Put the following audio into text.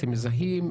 אתם מזהים?